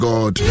God